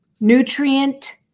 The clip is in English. nutrient